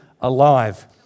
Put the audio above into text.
alive